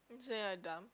are you saying I dumb